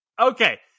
Okay